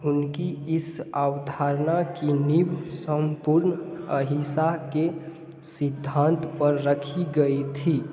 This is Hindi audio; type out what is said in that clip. उनकी इस अवधारणा की नीव संपूर्ण अहिंसा के सिद्धांत पर रखी गई थी